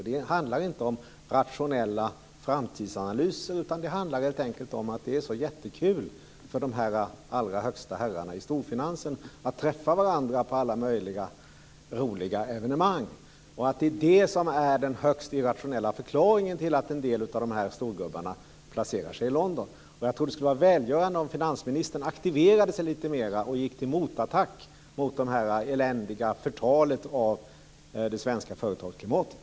Det handlar inte om rationella framtidsanalyser, utan det handlar helt enkelt om att det är så jättekul för de allra högsta herrarna i storfinansen att träffa varandra på alla möjliga roliga evenemang. Det är det som är den högst irrationella förklaringen till att en del av de här storgubbarna placerar sig i London. Jag tror att det skulle vara välgörande om finansministern aktiverade sig lite mera och gick till motattack mot det eländiga förtalet av det svenska företagsklimatet.